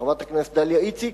חברת הכנסת דליה איציק,